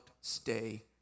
stay